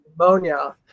pneumonia